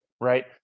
Right